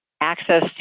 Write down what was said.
access